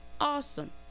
Awesome